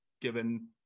given